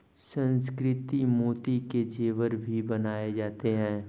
सुसंस्कृत मोती के जेवर भी बनाए जाते हैं